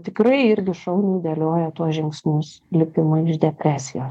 tikrai irgi šauniai dėlioja tuos žingsnius lipimo iš depresijos